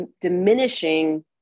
diminishing